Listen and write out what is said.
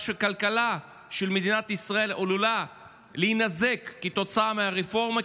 שכלכלה של מדינת ישראל עלולה להינזק כתוצאה מהרפורמה,